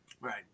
right